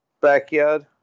backyard